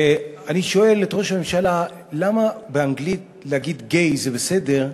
אני שואל את ראש הממשלה: למה באנגלית להגיד gay זה בסדר,